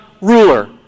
ruler